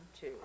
two